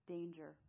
Danger